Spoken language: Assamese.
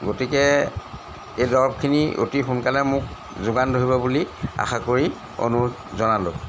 গতিকে এই দৰৱখিনি অতি সোনকালে মোক যোগান ধৰিব বুলি আশা কৰি অনুৰোধ জনালোঁ